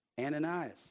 Ananias